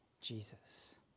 Jesus